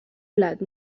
plat